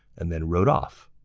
and then rode off.